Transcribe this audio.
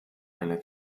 einer